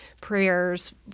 prayers